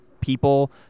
people